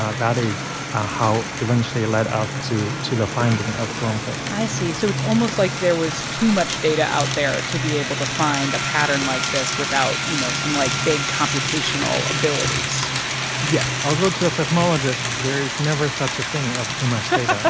ah that is ah how eventually, led us to to the finding of stormquakes i see. so it's almost like there was too much data out there to be able to find a pattern like this without, you know, some, like, big computational abilities yes. although, to a seismologist, there is never such a thing of too much data